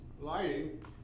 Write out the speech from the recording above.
Lighting